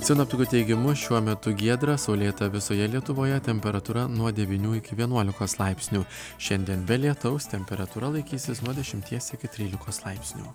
sinoptikų teigimu šiuo metu giedra saulėta visoje lietuvoje temperatūra nuo devynių iki vienuolikos laipsnių šiandien be lietaus temperatūra laikysis nuo dešimties iki trylikos laipsnių